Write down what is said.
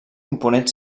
component